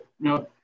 No